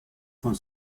von